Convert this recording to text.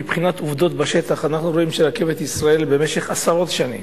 מבחינת עובדות בשטח אנחנו רואים שרכבת ישראל במשך עשרות שנים